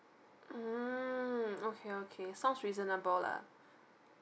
mm okay okay sounds reasonable lah